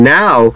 now